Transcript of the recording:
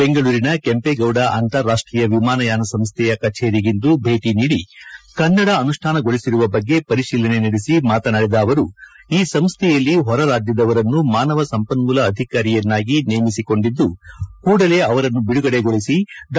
ಬೆಂಗಳೂರಿನ ಕೆಂಪೇಗೌಡ ಅಂತರಾಷ್ಷೀಯ ವಿಮಾನಯಾನ ಸಂಸ್ಥೆಯ ಕಚೇರಿಗಿಂದು ಭೇಟಿ ನೀಡಿ ಕನ್ನಡ ಅನುಷ್ಠಾನಗೊಳಿಸಿರುವ ಬಗ್ಗೆ ಪರಿಶೀಲನೆ ನಡೆಸಿ ಮಾತನಾಡಿದ ಅವರು ಈ ಸಂಸ್ಥೆಯಲ್ಲಿ ಹೊರರಾಜ್ಯದವರನ್ನು ಮಾನವ ಸಂಪನ್ಮೂಲ ಅಧಿಕಾರಿಯನ್ನಾಗಿ ನೇಮಿಸಿಕೊಂಡಿದ್ದು ಕೂಡಲೇ ಅವರನ್ನು ಬಿಡುಗಡೆಗೊಳಿಸಿ ಡಾ